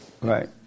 Right